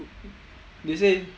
they say